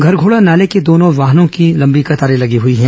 घरघोड़ा नाले के दोनों ओर वाहनों की लंबी कतारें लगी हुई हैं